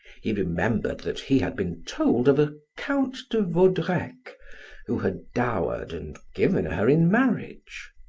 he remembered that he had been told of a count de vaudrec who had dowered and given her in marriage.